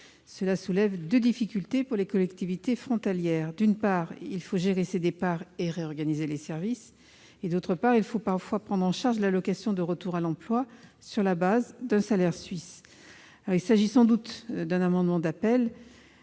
soulèvent deux difficultés pour les collectivités frontalières : d'une part, il leur faut gérer ces départs et réorganiser les services ; d'autre part, il leur faut parfois prendre en charge l'allocation de retour à l'emploi, sur la base d'un salaire suisse. Il s'agit sans doute d'un amendement d'appel,